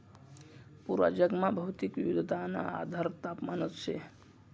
पूरा जगमा भौगोलिक विविधताना आधार तापमानच शे